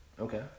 Okay